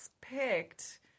picked